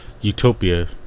utopia